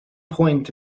point